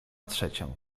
trzecią